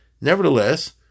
Nevertheless